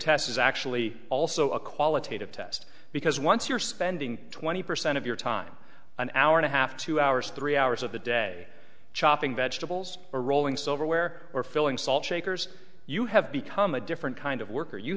test is actually also a qualitative test because once you're spending twenty percent of your time an hour and a half two hours three hours of the day chopping vegetables or rolling silverware or filling salt shakers you have become a different kind of worker you